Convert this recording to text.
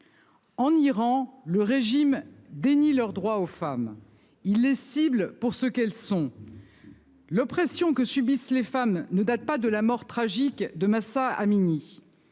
En Iran, le régime. Leurs droits aux femmes, il les cibles pour ce qu'elles sont. L'oppression que subissent les femmes ne date pas de la mort tragique de Mahsa Amini.